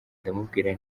ndamubwira